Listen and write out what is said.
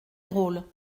drôle